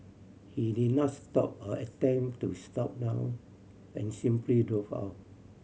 he did not stop or attempt to slow down and simply drove off